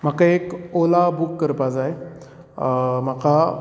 म्हाका एक ओला बूक करपाक जाय म्हाका